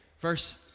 Verse